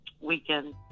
weekend